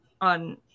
on